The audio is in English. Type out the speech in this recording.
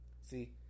See